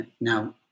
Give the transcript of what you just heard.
Now